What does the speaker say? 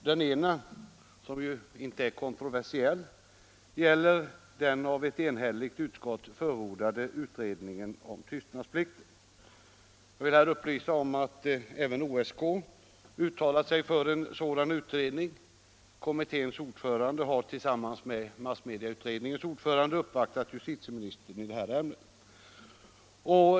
Den ena —- som inte är på något sätt kontroversiell — gäller den av ett enhälligt utskott förordade utredningen om tystnadsplikter. Jag vill här upplysa om att även OSK uttalat sig för en sådan utredning. Kommitténs ordförande har också tillsammans med massmedieutredningens ordförande uppvaktat justitieministern i detta ämne.